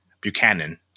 Buchanan